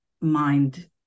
mind